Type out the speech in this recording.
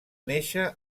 néixer